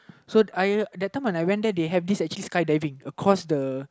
so I that time when I went there they have this actually skydiving across the